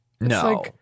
No